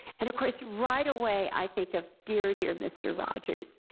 and of course, right away i think of dear, dear mr. rogers,